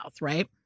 right